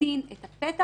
לחלוטין את הפתח